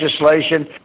legislation